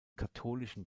katholischen